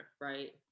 Right